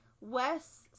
wes